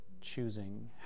choosing